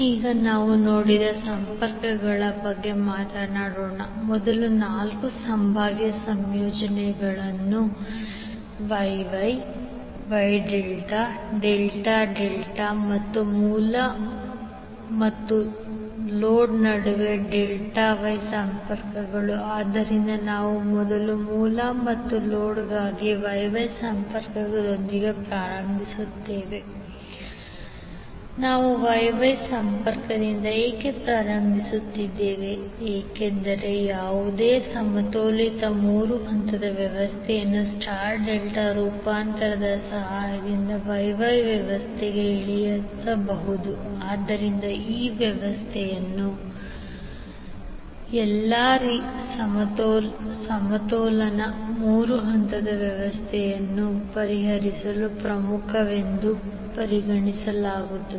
ಈಗ ನಾವು ನೋಡಿದ ಸಂಪರ್ಕಗಳ ಬಗ್ಗೆ ಮಾತನಾಡೋಣ ಮೊದಲ ನಾಲ್ಕು ಸಂಭಾವ್ಯ ಸಂಯೋಜನೆಗಳು Y Y Y delta delta delta ಮತ್ತು ಮೂಲ ಮತ್ತು ಲೋಡ್ ನಡುವೆ ಡೆಲ್ಟಾ ವೈ ಸಂಪರ್ಕಗಳು ಆದ್ದರಿಂದ ನಾವು ಮೊದಲು ಮೂಲ ಮತ್ತು ಲೋಡ್ಗಾಗಿ YY ಸಂಪರ್ಕದೊಂದಿಗೆ ಪ್ರಾರಂಭಿಸುತ್ತೇವೆ ನಾವು YY ಸಂಪರ್ಕದಿಂದ ಏಕೆ ಪ್ರಾರಂಭಿಸುತ್ತಿದ್ದೇವೆ ಏಕೆಂದರೆ ಯಾವುದೇ ಸಮತೋಲಿತ ಮೂರು ಹಂತದ ವ್ಯವಸ್ಥೆಯನ್ನು ಸ್ಟಾರ್ ಡೆಲ್ಟಾ ರೂಪಾಂತರದ ಸಹಾಯದಿಂದ YY ವ್ಯವಸ್ಥೆಗೆ ಇಳಿಸಬಹುದು ಆದ್ದರಿಂದ ಈ ವ್ಯವಸ್ಥೆಯನ್ನು ಎಲ್ಲಾ ಸಮತೋಲನ ಮೂರು ಹಂತದ ವ್ಯವಸ್ಥೆಯನ್ನು ಪರಿಹರಿಸಲು ಪ್ರಮುಖವೆಂದು ಪರಿಗಣಿಸಲಾಗುತ್ತದೆ